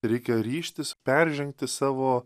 reikia ryžtis peržengti savo